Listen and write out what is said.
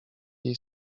jej